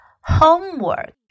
homework